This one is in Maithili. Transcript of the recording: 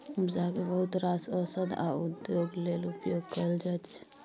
गांजा केँ बहुत रास ओषध आ उद्योग लेल उपयोग कएल जाइत छै